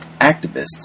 activists